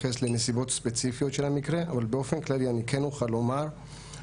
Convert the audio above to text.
אבל אם המקרה עולה לכדי מעקב ללא ידיעת האדם,